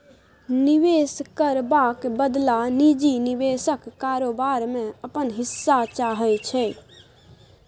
निबेश करबाक बदला निजी निबेशक कारोबार मे अपन हिस्सा चाहै छै